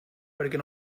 perquè